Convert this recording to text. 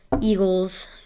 Eagles